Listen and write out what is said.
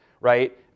right